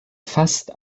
fast